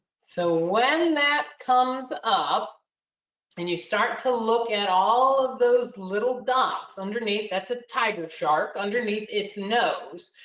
so when that comes up and you start to look at all of those little dots underneath, that's a tiger shark underneath its nose.